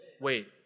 Wait